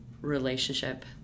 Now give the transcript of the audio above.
relationship